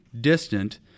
distant